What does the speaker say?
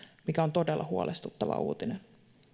mikä on todella huolestuttava uutinen